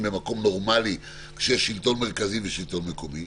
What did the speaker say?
במקום נורמלי כשיש שלטון מרכזי ושלטון מקומי,